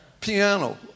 Piano